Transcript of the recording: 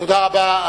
תודה רבה.